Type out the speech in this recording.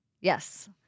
Yes